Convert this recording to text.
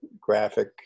graphic